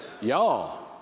y'all